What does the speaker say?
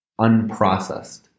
unprocessed